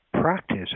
practice